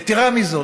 יתרה מזאת,